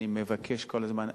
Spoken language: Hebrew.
אני מבקש כל הזמן,